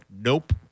Nope